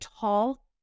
tall